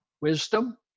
wisdom